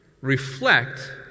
reflect